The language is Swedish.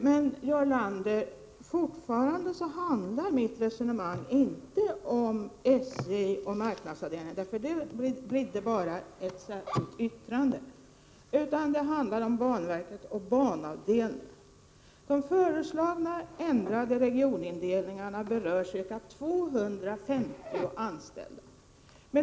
Herr talman! Jarl Lander, mitt resonemang handlar fortfarande inte om SJ och marknadsavdelningen. Det var bara ett särskilt yttrande. Mitt resonemang handlar i stället om banverket och banavdelningen. De föreslagna ändringarna i regionindelningen berör ca 250 anställda.